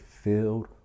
filled